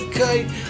kite